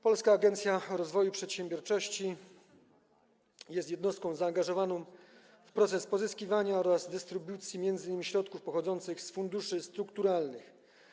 Polska Agencja Rozwoju Przedsiębiorczości jest jednostką zaangażowaną w proces pozyskiwania oraz dystrybucji m.in. środków pochodzących z funduszy strukturalnych.